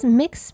mix